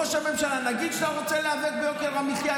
ראש הממשלה: נגיד שאתה רוצה להיאבק ביוקר המחיה,